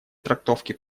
трактовке